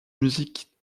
musique